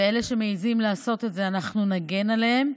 ואלה שמעיזים לעשות את זה, אנחנו נגן עליהם.